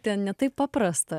ten ne taip paprasta